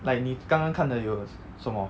like 你刚刚看的有什么